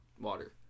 water